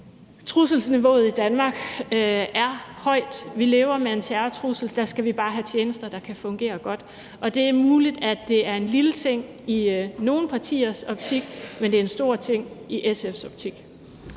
trusselsniveauet i Danmark er højt. Vi lever med en terrortrussel. Der skal vi bare have tjenester, der kan fungere godt. Det er muligt, at det er en lille ting i nogle partiers optik, men det er en stor ting i SF's optik.